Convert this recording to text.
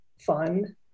fun